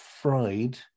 fried